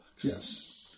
Yes